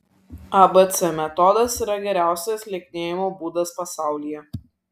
abc metodas yra geriausias lieknėjimo būdas pasaulyje